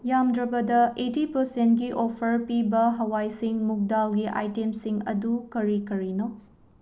ꯌꯥꯝꯗ꯭ꯔꯕꯗ ꯑꯦꯇꯤ ꯄꯔꯁꯦꯟꯀꯤ ꯑꯣꯐꯔ ꯄꯤꯕ ꯍꯋꯥꯏꯁꯤꯡ ꯃꯨꯒꯗꯥꯜꯒꯤ ꯑꯥꯏꯇꯦꯝꯁꯤꯡ ꯑꯗꯨ ꯀꯔꯤ ꯀꯔꯤꯅꯣ